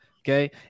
Okay